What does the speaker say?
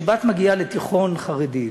כשבת מגיעה לתיכון חרדי,